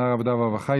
שר העבודה והרווחה,